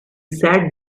sat